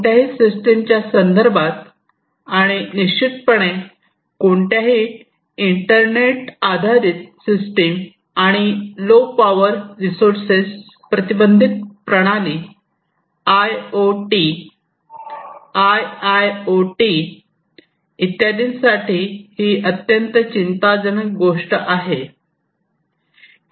कोणत्याही सिस्टम च्या संदर्भात आणि निश्चितपणे कोणत्याही इंटरनेट आधारित सिस्टम आणि लो पॉवर रिसोर्सेस प्रतिबंधित प्रणाली आयओटी आयआयओटी इत्यादींसाठी ही अत्यंत चिंताजनक गोष्ट आहे